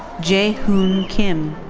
jae hoon kim.